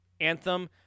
anthem